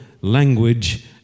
language